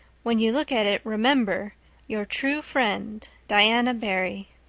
when you look at it remember your true friend diana barry.